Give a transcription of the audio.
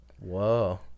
Whoa